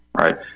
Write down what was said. Right